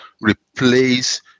replace